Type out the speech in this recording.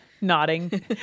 nodding